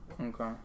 Okay